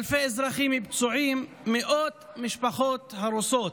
אלפי אזרחים פצועים, מאות משפחות הרוסות.